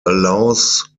allows